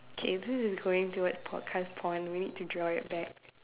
K this is going towards podcast porn we need to draw it back